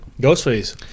Ghostface